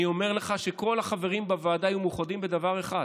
אני אומר לך שכל החברים בוועדה היו מאוחדים בדבר אחד: